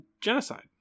genocide